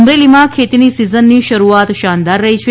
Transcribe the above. અમરેલીમાં ખેતીની સિઝનની શરૂઆત શાનદાર રહી છે